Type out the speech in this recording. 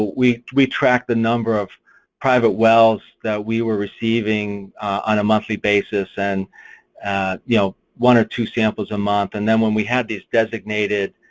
we track track the number of private wells that we were receiving on a monthly basis, and you know one or two samples a month, and then when we had these designated